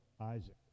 Isaac